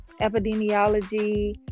epidemiology